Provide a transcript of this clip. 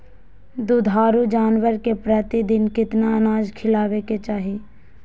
दुधारू जानवर के प्रतिदिन कितना अनाज खिलावे के चाही?